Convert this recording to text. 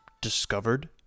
discovered